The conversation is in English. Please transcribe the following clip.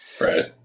Right